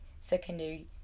secondary